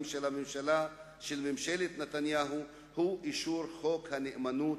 של ממשלת נתניהו הוא אישור חוק הנאמנות,